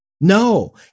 No